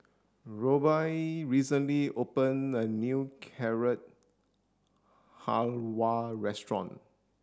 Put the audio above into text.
Roby recently opened a new Carrot Halwa restaurant